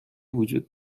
وجود